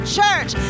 church